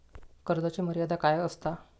कर्जाची मर्यादा काय असता?